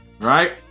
right